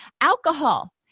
alcohol